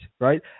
right